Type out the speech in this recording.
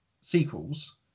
sequels